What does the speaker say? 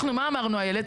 מה אמרנו, איילת?